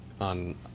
on